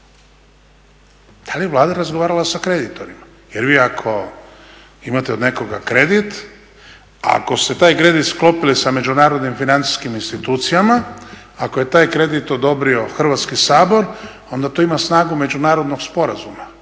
Da li je Vlada razgovarala sa kreditorima. Jer vi ako imate od nekoga kredit, ako ste taj kredit sklopili sa međunarodnim financijskim institucijama, ako je taj kredit odobrio Hrvatski sabor onda to ima snagu međunarodnog sporazuma.